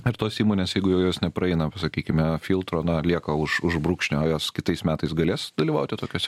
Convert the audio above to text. ar tos įmonės jeigu jau jos nepraeina sakykime filtro na lieka už už brūkšnio jos kitais metais galės dalyvauti tokiuose